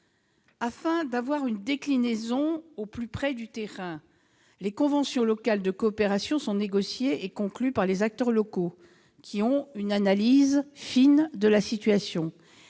Afin d'avoir une déclinaison au plus près du terrain, les conventions locales de coopération sont négociées et conclues par les acteurs locaux, qui ont une analyse fine de la situation-